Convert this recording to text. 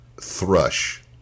thrush